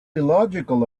illogical